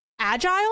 agile